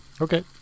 Okay